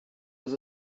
was